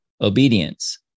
obedience